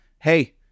hey